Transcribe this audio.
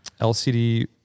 LCD